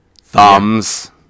thumbs